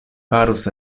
farus